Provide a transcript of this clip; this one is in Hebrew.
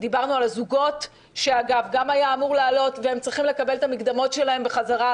דיברנו על הזוגות שצריכים לקבל את המקדמות שלהם בחזרה,